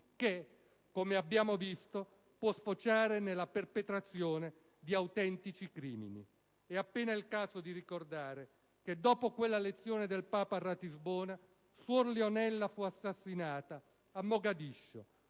che, come abbiamo visto, può sfociare nella perpetrazione di autentici crimini. È appena il caso di ricordare che dopo quella lezione del Papa a Ratisbona, suor Leonella fu assassinata a Mogadiscio.